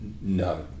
no